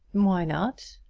why not?